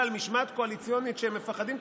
משמעת קואליציונית מכיוון שהם שמפחדים.